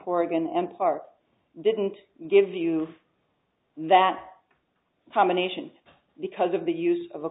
oregon and part didn't give you that combination because of the use of a